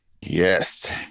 Yes